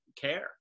care